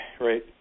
right